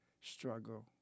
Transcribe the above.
struggle